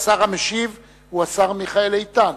השר המשיב הוא השר מיכאל איתן,